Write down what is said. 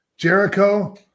Jericho